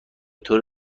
طور